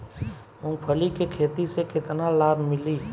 मूँगफली के खेती से केतना लाभ मिली?